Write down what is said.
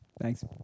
Thanks